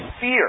fear